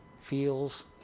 feels